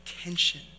attention